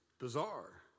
Bizarre